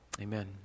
Amen